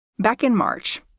back in march,